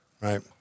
Right